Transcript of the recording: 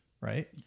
Right